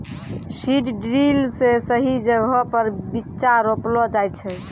seed drill से सही जगहो पर बीच्चा रोपलो जाय छै